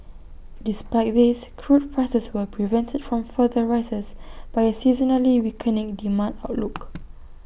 despite this crude prices were prevented from further rises by A seasonally weakening demand outlook